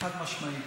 חד-משמעית: